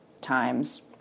times